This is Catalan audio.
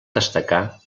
destacar